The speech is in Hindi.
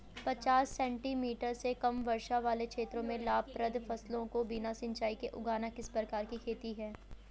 पचास सेंटीमीटर से कम वर्षा वाले क्षेत्रों में लाभप्रद फसलों को बिना सिंचाई के उगाना किस प्रकार की खेती है?